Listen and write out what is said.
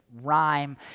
rhyme